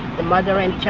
the mother and